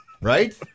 Right